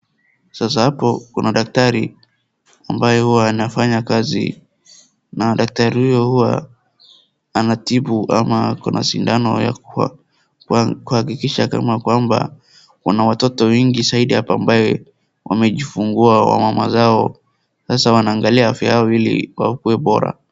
Sasa hapo kuna daktari ambayo huwa anafanya kazi na daktari huyo huwa anatibu ama ama ako na sindano ya kuhakikisha kama kwamba wana watoto wengi zaidi ya hapa ambaye wamejifungua wamama zao. Sasa wanaangali afya yao ili wakuwe bora.